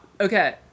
Okay